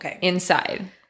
inside